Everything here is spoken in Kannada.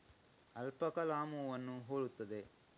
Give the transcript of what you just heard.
ಅಲ್ಪಕ ಲಾಮೂವನ್ನು ಹೋಲುತ್ತದೆ